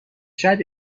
شاید